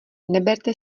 neberte